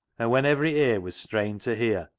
and when every ear was strained to hear,